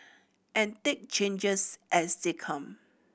and take changes as they come